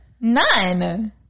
None